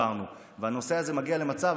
הנושא הזה מגיע למצב,